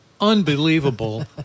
unbelievable